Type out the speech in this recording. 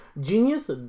Genius